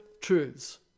truths